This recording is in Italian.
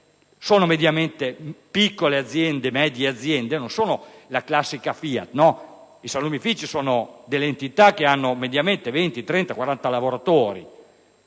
Sono mediamente piccole e medie aziende, non sono la classica Fiat: i salumifici sono entità che hanno mediamente 20, 30, 40 lavoratori.